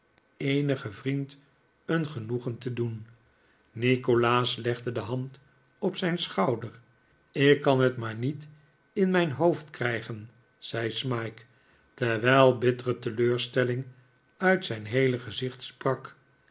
eenigen vriend een genoegen te doen nikolaas legde de hand op zijn sehouder ik kan het maar niet in mijn hoofd krijgen zei smike terwijl bittere teleurstelling uit zijn heele gezicht sprak